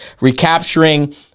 recapturing